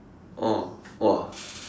oh !wah!